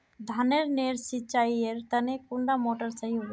धानेर नेर सिंचाईर तने कुंडा मोटर सही होबे?